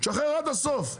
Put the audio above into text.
תשחרר עד הסוף.